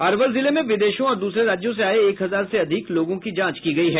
अरवल जिले में विदेशों और दूसरे राज्यों से आये एक हजार से अधिक लोगों की जांच की गयी है